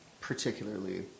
particularly